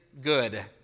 good